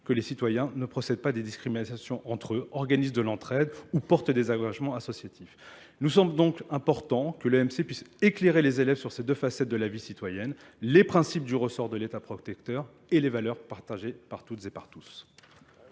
que les citoyens ne procèdent pas à des discriminations entre eux, organisent de l'entraide ou portent des agragements associatifs. Nous sommes donc importants que l'OMC puisse éclairer les élèves sur ces deux facettes de la vie citoyenne, les principes du ressort de l'état protecteur et les valeurs partagées par toutes et par tous.